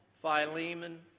Philemon